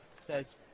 says